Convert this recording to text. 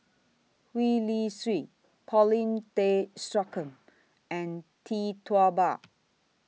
Gwee Li Sui Paulin Tay Straughan and Tee Tua Ba